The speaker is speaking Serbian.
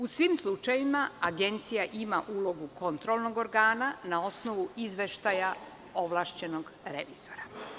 U svi slučajevima Agencija ima ulogu kontrolnog organa na osnovu izveštaja ovlašćenog revizora.